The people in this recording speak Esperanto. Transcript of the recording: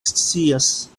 scias